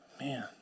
Man